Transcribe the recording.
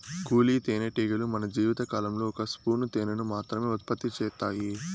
కూలీ తేనెటీగలు తన జీవిత కాలంలో ఒక స్పూను తేనెను మాత్రమె ఉత్పత్తి చేత్తాయి